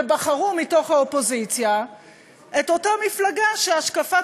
בחרו מתוך האופוזיציה את אותה מפלגה שהשקפת